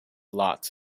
lots